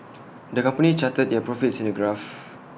the company charted their profits in A graph